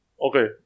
Okay